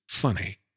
funny